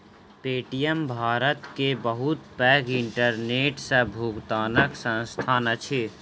Paytm Bharat के बहुत पैघ इंटरनेट सॅ भुगतनाक संस्थान अछि